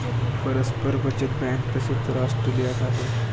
परस्पर बचत बँक तशी तर ऑस्ट्रेलियात आहे